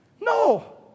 No